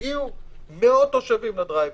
הגיעו מאות תושבים לדרייב-אין.